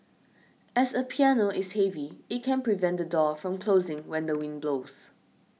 as a piano is heavy it can prevent the door from closing when the wind blows